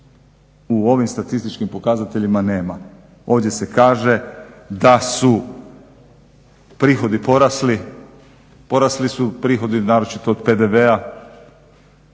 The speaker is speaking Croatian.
U ovim statističkim pokazateljima nema, ovdje se kaže da su prihodi porasli, porasli su prihodi naročito od PDV-a,